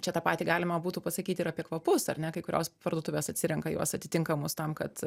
čia tą patį galima būtų pasakyti ir apie kvapus ar ne kai kurios parduotuvės atsirenka juos atitinkamus tam kad